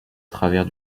travers